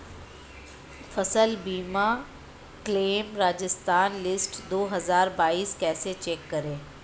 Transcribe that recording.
फसल बीमा claim Rajasthan list दो हज़ार बाईस कैसे चेक करें?